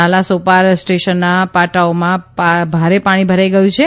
નાલા સોપારા સ્ટેશનના પાટાઓમાં ભારે પાણી ભરાઇ ગયું છે